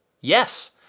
yes